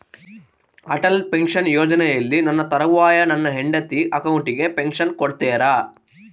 Atal pension ಯೋಜನೆಯಲ್ಲಿ ನನ್ನ ತರುವಾಯ ನನ್ನ ಹೆಂಡತಿ ಅಕೌಂಟಿಗೆ ಪೆನ್ಶನ್ ಕೊಡ್ತೇರಾ?